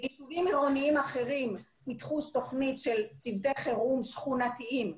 ביישובים עירוניים אחרים פיתחו תוכנית של צוותי חירום שכונתיים,